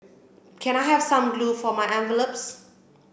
can I have some glue for my envelopes